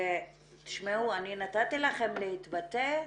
--- תשמעו, אני נתתי לכם להתבטא.